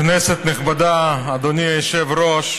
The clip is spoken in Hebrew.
כנסת נכבדה, אדוני היושב-ראש,